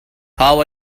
how